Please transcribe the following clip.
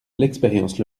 l’expérience